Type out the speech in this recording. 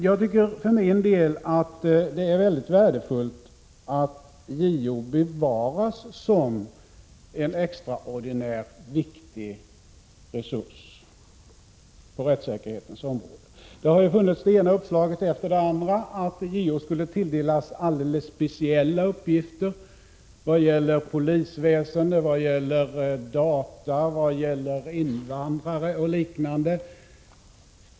Jag tycker att det är mycket värdefullt att JO bevaras som en extraordinär, viktig resurs på rättssäkerhetens område. Det har funnits det ena uppslaget efter det andra om att JO skulle tilldelas alldeles speciella uppgifter vad gäller polisväsende, data, invandrare och liknande.